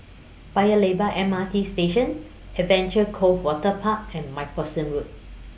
Paya Lebar M R T Station Adventure Cove Waterpark and MacPherson Road